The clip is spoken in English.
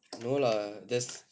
no lah there's